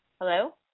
Hello